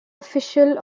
official